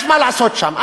יש מה לעשות שם,